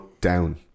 down